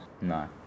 No